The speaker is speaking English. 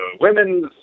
women's